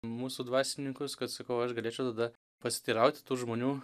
mūsų dvasininkus kad sakau aš galėčiau tada pasiteiraut tų žmonių